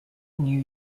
new